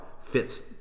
fits